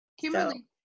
Kimberly